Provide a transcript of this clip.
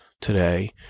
today